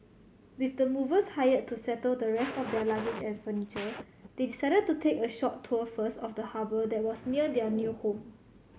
with the movers hire to settle the rest of their luggage and furniture they decided to take a short tour first of the harbour that was near their new home